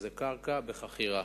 שזה קרקע בחכירה.